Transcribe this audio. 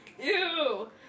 Ew